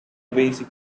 basic